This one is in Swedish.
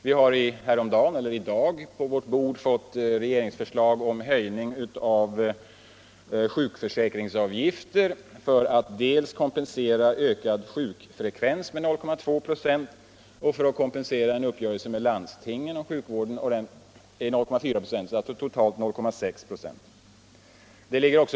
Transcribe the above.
Vi har i dag på riksdagens bord fått regeringsförslag om höjning av sjukförsäkringsavgifterna för att dels kompensera ökad sjukfrekvens, 0,2 96, dels för att finansiera den nya sjukvårdsöverenskommelsen med landstingen, 0,4 96, dvs. totalt 0,6 26.